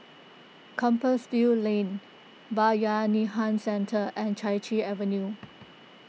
Compassvale Lane Bayanihan Centre and Chai Chee Avenue